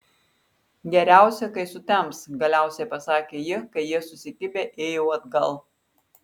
geriausia kai sutems galiausiai pasakė ji kai jie susikibę ėjo atgal